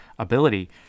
ability